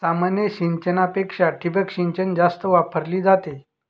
सामान्य सिंचनापेक्षा ठिबक सिंचन जास्त वापरली जाते